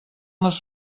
les